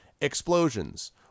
explosions